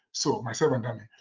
so myself and dami.